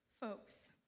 folks